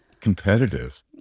Competitive